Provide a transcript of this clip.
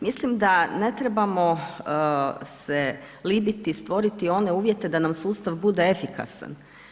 Mislim da ne trebamo se libiti stvoriti one uvjete da nam sustav bude efikasna.